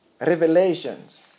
Revelations